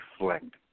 reflect